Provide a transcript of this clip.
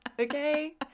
Okay